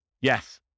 Yes